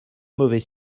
mauvais